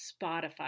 Spotify